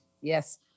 Yes